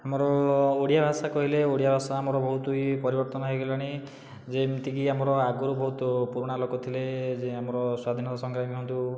ଆମର ଓଡ଼ିଆ ଭାଷା କହିଲେ ଓଡ଼ିଆ ଭାଷା ଆମର ବହୁତ ଇଏ ପରିବର୍ତ୍ତନ ହୋଇଗଲାଣି ଯେମିତିକି ଆମର ଆଗରୁ ବହୁତ ପୁରୁଣା ଲୋକ ଥିଲେ ଯେ ଆମର ସ୍ୱାଧୀନତା ସଂଗ୍ରାମୀ ହୁଅନ୍ତୁ